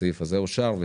הצבעה אושר.